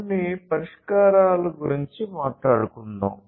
కొన్ని పరిష్కారాల గురించి మాట్లాడుకుందాం